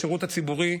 השירות הציבורי,